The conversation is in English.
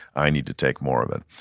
i need to take more of it.